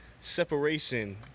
separation